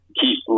keep